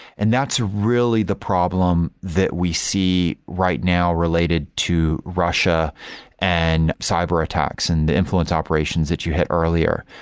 and that's really the problem that we see right now related to russia and cyber attacks and the influence operations that you hit earlier.